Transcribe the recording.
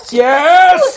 yes